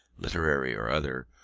literary or other,